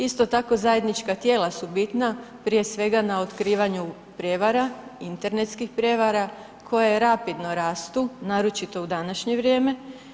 Isto tako zajednička tijela su bitna, prije svega na otkrivanju prijevara, internetskih prijevara koje rapidno rastu, naročito u današnje vrijeme.